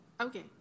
Okay